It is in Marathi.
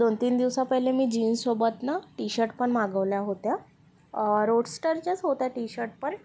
दोन तीन दिवसांपहिले मी जीनसोबत नं टी शर्ट पण मागवला होता रोडस्टारच्याच होत्या टी शर्ट पण